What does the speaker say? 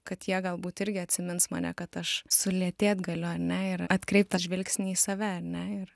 kad jie galbūt irgi atsimins mane kad aš sulėtėt galiu ar ne ir atkreipt tą žvilgsnį į save ar ne ir